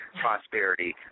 prosperity